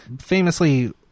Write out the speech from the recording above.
famously